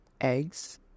Eggs